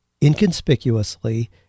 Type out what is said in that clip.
inconspicuously